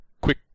quick